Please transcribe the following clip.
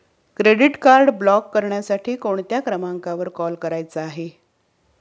Credit card block करण्यासाठी कोणत्या क्रमांकावर कॉल करायचा आहे?